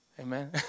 Amen